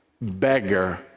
beggar